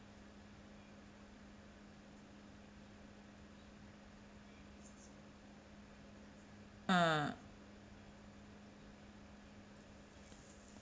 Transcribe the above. ah